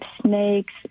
snakes